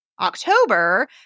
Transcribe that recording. October